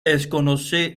desconoce